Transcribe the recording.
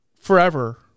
forever